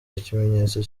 ikimenyetso